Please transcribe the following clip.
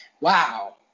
Wow